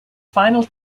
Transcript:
final